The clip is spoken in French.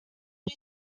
aux